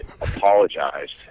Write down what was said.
apologized